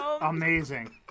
Amazing